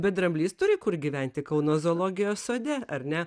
bet dramblys turi kur gyventi kauno zoologijos sode ar ne